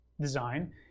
design